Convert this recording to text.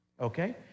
okay